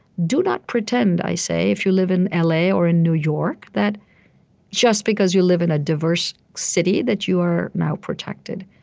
do not pretend, i say, if you live in l a. or in new york that just because you live in a diverse city that you are now protected.